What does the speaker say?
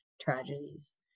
tragedies